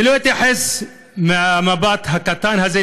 אני לא אתייחס לזה מההיבט הקטן הזה,